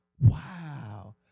Wow